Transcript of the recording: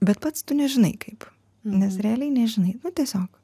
bet pats tu nežinai kaip nes realiai nežinai nu tiesiog